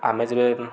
ଆମେ ଯେବେ